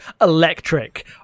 electric